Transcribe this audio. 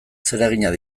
zereginak